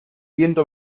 viento